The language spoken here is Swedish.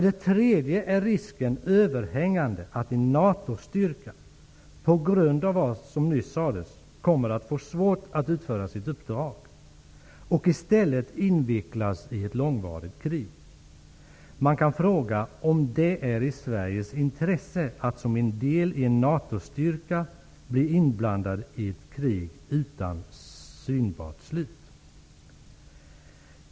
För det tredje är risken överhängande att en NATO-styrka, på grund av vad som nyss sades, kommer att får svårt att utföra sitt uppdrag och i stället invecklas i ett långvarigt krig. Man kan fråga om det är i Sveriges intresse att som en del i en NATO-styrka bli inblandat i ett krig utan synbart slut.